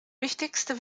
wichtigste